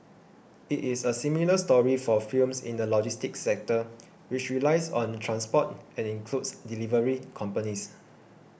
it is a similar story for firms in the logistics sector which relies on transport and includes delivery companies